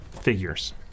figures